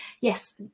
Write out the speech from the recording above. yes